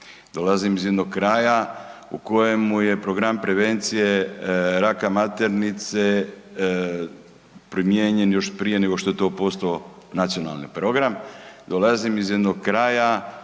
Dolazim iz jednog kraja u kojemu je program prevencije raka maternice primijenjen još prije nego što je to posao nacionalni program.